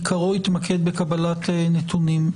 עיקרו יתמקד בקבלת נתונים.